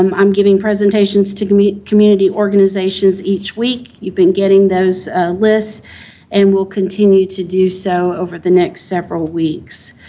um i'm giving presentations to community organizations each week. you've been getting those lists and will continue to do so over the next several weeks.